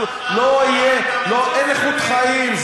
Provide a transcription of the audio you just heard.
אין איכות חיים.